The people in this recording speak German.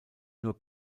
nur